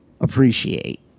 appreciate